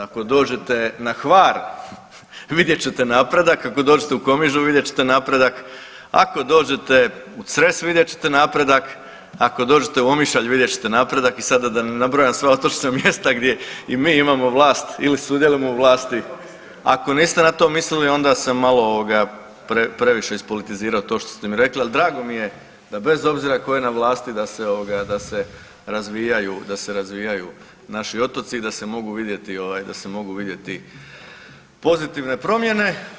Ako dođete na Hvar vidjet ćete napredak, ako dođete u Komižu vidjet ćete napredak, ako dođete u Cres vidjet ćete napredak, ako dođete u Omišalj vidjet ćete napredak i sada da ne nabrajam sva otočna mjesta gdje i mi imamo vlast ili sudjelujemo u vlasti [[Upadica iz klupe: Nisam na to mislio]] Ako niste na to mislili onda sam malo ovoga previše ispolitizirao to što ste mi rekli, al drago mi je da bez obzira tko je na vlasti da se ovoga, da se razvijaju, da se razvijaju naši otoci i da se mogu vidjeti ovaj, da se mogu vidjeti pozitivne promjene.